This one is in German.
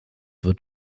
wird